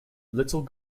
little